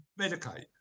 medicate